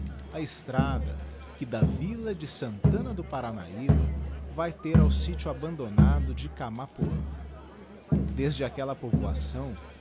a estrada que da villa de sanfanna do paranahyba vae ter ao sitio abandonado de camapoan desde aquella